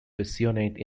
passionate